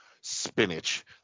spinach